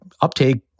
uptake